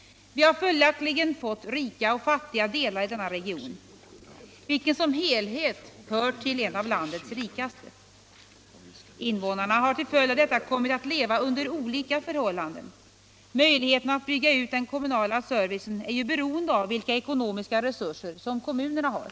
Vi har följaktligen fått rika och fattiga delar i denna region, — Nr 133 vilken som helhet är en av landets rikaste. Invånarna har till följd av Torsdagen den detta kommit att leva under olika förhållanden. Att bygga ut den kom 20 maj 1976 munala servicen är ju beroende av vilka ekonomiska resurser som kom= == munerna har.